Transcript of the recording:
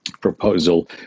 proposal